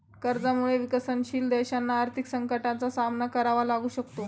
कर्जामुळे विकसनशील देशांना आर्थिक संकटाचा सामना करावा लागू शकतो